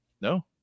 No